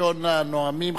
ראשון הנואמים,